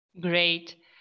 great